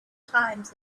times